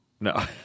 No